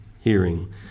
hearing